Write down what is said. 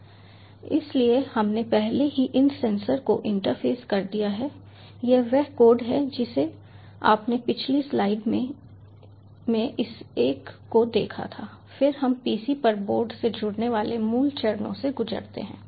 इसलिए हमने पहले ही इन सेंसर को इंटरफेस कर दिया है यह वह कोड है जिसे आपने पिछली स्लाइड में इस एक में देखा था फिर हम pc पर बोर्ड से जुड़ने वाले मूल चरणों से गुजरते हैं